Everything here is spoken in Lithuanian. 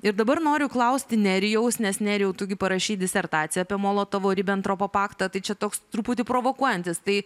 ir dabar noriu klausti nerijaus nes nerijau tu gi parašei disertaciją apie molotovo ribentropo paktą tai čia toks truputį provokuojantis tai